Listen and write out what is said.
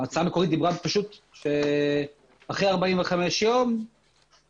ההצעה המקורית דיברה על כך שאחרי 45 ימים, יקבלו.